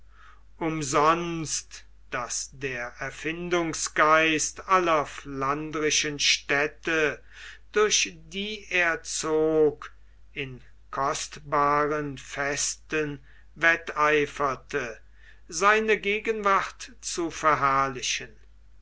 umsonst daß der erfindungsgeist aller flandrischen städte durch die er zog in kostbaren festen wetteiferte seine gegenwart zu verherrlichendie